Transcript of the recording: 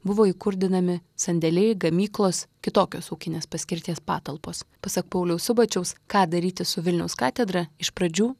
buvo įkurdinami sandėliai gamyklos kitokios ūkinės paskirties patalpos pasak pauliaus subačiaus ką daryti su vilniaus katedra iš pradžių